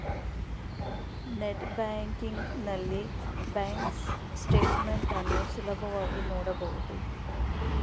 net banking ನಲ್ಲಿ bank statement ಅನ್ನು ಸುಲಭವಾಗಿ ನೋಡಬಹುದು